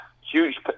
huge